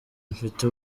mfite